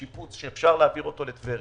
לשיפוץ שאפשר להעביר אותו לטבריה.